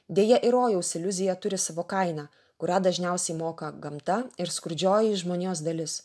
deja ir rojaus iliuzija turi savo kainą kurią dažniausiai moka gamta ir skurdžioji žmonijos dalis